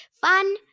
Fun